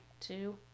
two